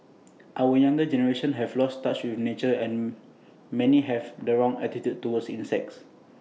our younger generation has lost touch with nature and many have the wrong attitude towards insects